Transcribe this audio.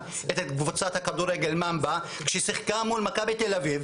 את קבוצת הכדורגל ששיחקה מול מכבי תל אביב